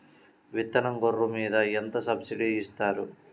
విత్తనం గొర్రు మీద ఎంత సబ్సిడీ ఇస్తారు?